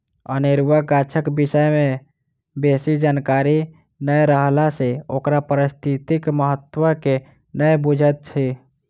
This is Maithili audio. अनेरुआ गाछक विषय मे बेसी जानकारी नै रहला सँ ओकर पारिस्थितिक महत्व के नै बुझैत छी